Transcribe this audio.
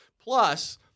Plus